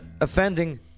offending